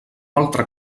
altra